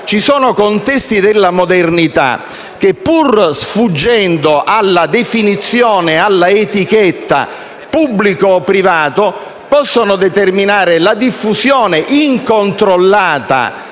infatti contesti della modernità che, pur sfuggendo alla definizione e all'etichetta pubblico o privato, possono determinare la diffusione incontrollata